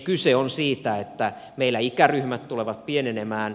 kyse on siitä että meillä ikäryhmät tulevat pienenemään